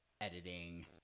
editing